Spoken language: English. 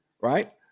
Right